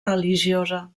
religiosa